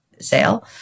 sale